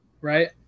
right